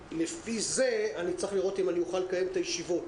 לפי זה אני צריך לראות אם אוכל לקיים את הישיבות.